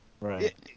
Right